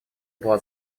была